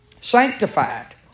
Sanctified